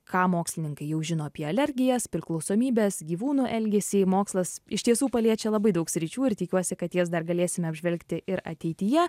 ką mokslininkai jau žino apie alergijas priklausomybes gyvūnų elgesį mokslas iš tiesų paliečia labai daug sričių ir tikiuosi kad jas dar galėsime apžvelgti ir ateityje